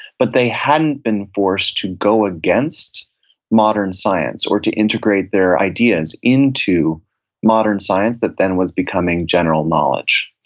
but they hadn't been forced to go against modern science or to integrate their ideas into modern science that then was becoming general knowledge.